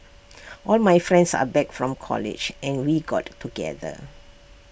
all my friends are back from college and we got together